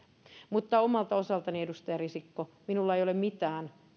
mutta omalta osaltani edustaja risikko minulla ei ole mitään